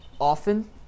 often